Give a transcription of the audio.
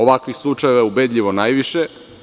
Ovakvih slučajeva je ubedljivo najviše.